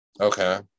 Okay